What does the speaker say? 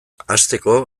hasteko